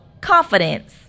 confidence